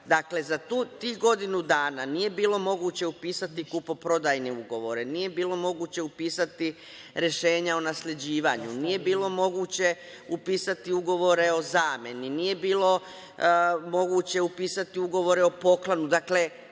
Dakle, za tih godinu dana nije bilo moguće upisati kupoprodajne ugovore, nije bilo moguće upisati rešenja o nasleđivanju, nije bilo moguće upisati ugovore o zameni, nije bilo moguće upisati ugovore o poklonu, dakle,